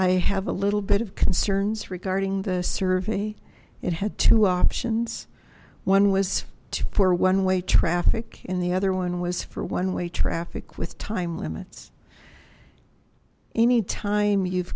i have a little bit of concerns regarding the survey it had two options one was for one way traffic and the other one was for one way traffic with time limits anytime you've